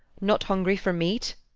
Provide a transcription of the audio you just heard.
not hungry for meat,